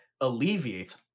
alleviates